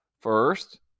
first